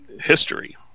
history